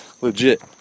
legit